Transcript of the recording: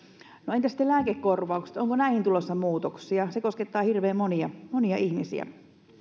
entä sitten lääkekorvaukset onko näihin tulossa muutoksia se koskettaa hirveän monia monia ihmisiä